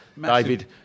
David